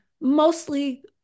mostly